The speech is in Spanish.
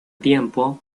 tiempo